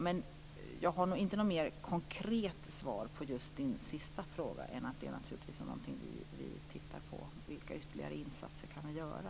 Men jag har nog inte något mer konkret svar på din sista fråga, mer än att vi naturligtvis tittar på vilka ytterligare insatser vi kan göra.